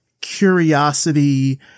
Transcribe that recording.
curiosity